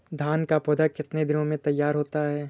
धान का पौधा कितने दिनों में तैयार होता है?